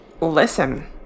listen